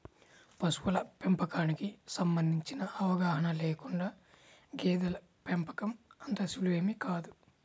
పశువుల పెంపకానికి సంబంధించిన అవగాహన లేకుండా గేదెల పెంపకం అంత సులువేమీ కాదు